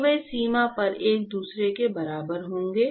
तो वे सीमा पर एक दूसरे के बराबर होंगे